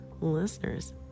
listeners